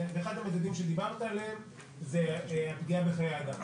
ואחד המדדים שדיברת עליהם הוא פגיעה בחיי אדם,